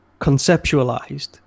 conceptualized